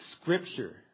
scripture